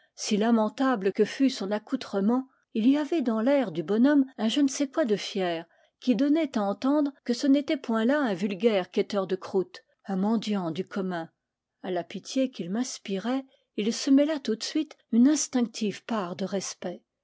si lamentable que fût son accoutrement il y avait dans l'air du bonhomme un je ne sais quoi de fier qui donnait à entendre que ce n'était point là un vulgaire quêteur de croûtes un mendiant du commun a la pitié qu'il m'inspirait il se mêla tout de suite une instinctive part de respect